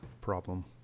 problem